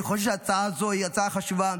אני חושב שההצעה הזו היא הצעה חשובה.